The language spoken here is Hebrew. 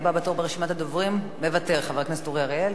הבא בתור ברשימת הדוברים, חבר הכנסת אורי אריאל.